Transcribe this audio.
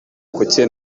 kuki